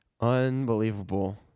unbelievable